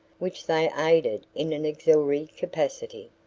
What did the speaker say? which they aided in an auxiliary capacity.